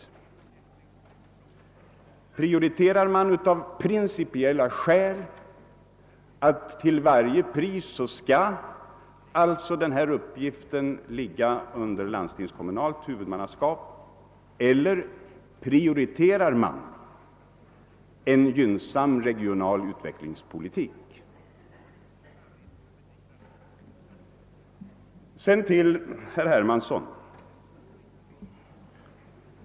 Prioriterar man av principiella skäl att denna uppgift till varje pris skall ligga under landstingskommunalt huvudmannaskap eller prioriterar man en gynnsam regional utvecklingspolitik? Sedan några ord till herr Hermansson.